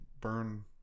burn